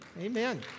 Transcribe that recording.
Amen